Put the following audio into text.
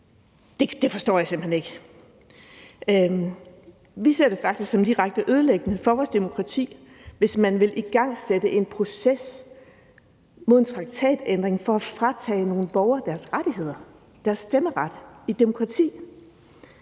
det forstår jeg simpelt hen ikke. Vi ser det faktisk som direkte ødelæggende for vores demokrati, hvis man vil igangsætte en proces mod en traktatændring for at fratage nogle borgere deres rettigheder, deres stemmeret i et demokrati.